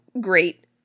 great